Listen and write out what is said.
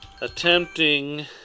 attempting